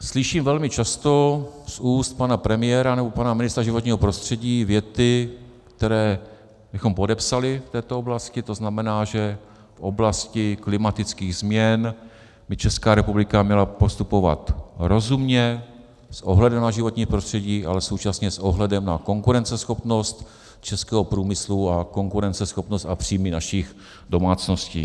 Slyším velmi často z úst pana premiéra nebo pana ministra životního prostředí věty, které bychom podepsali v této oblasti, to znamená, že v oblasti klimatických změn by ČR měla postupovat rozumně s ohledem na životní prostředí, ale současně s ohledem na konkurenceschopnost českého průmyslu a konkurenceschopnost a příjmy našich domácností.